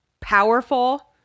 Powerful